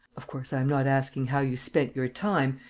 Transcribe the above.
of course, i am not asking how you spent your time,